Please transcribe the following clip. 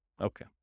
Okay